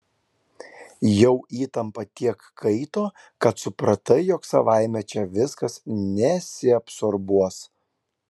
jau įtampa tiek kaito kad supratai jog savaime čia viskas nesiabsorbuos